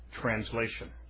Translation